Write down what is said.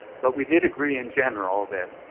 but we did agree in general that,